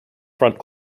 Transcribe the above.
front